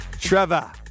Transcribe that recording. Trevor